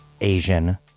Asian